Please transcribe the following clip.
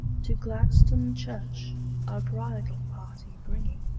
to gladstone church a bridal party bringing.